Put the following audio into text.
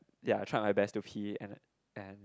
ya I tried my best to pee and and